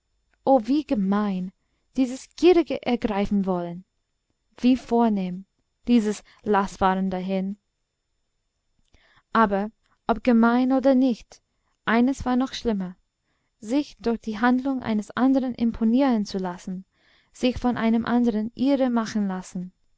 o wie gemein dieses gierige ergreifenwollen wie vornehm dieses laßfahrendahin aber ob gemein oder nicht eines war noch schlimmer sich durch die handlung eines anderen imponieren zu lassen sich von einem anderen irre machen lassen